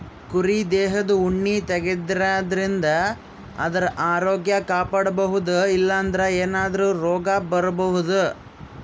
ಕುರಿ ದೇಹದ್ ಉಣ್ಣಿ ತೆಗ್ಯದ್ರಿನ್ದ ಆದ್ರ ಆರೋಗ್ಯ ಕಾಪಾಡ್ಕೊಬಹುದ್ ಇಲ್ಲಂದ್ರ ಏನಾದ್ರೂ ರೋಗ್ ಬರಬಹುದ್